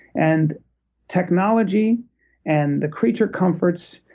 and technology and the creature comforts,